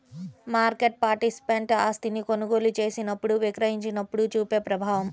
market participant ఆస్తిని కొనుగోలు చేసినప్పుడు, విక్రయించినప్పుడు చూపే ప్రభావం